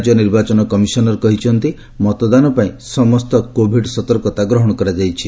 ରାଜ୍ୟ ନିର୍ବାଚନ କମିଶନର କହିଛନ୍ତି ମତଦାନ ପାଇଁ ସମସ୍ତ କୋବିଡ୍ ସତର୍କତା ଗ୍ରହଣ କରାଯାଇଛି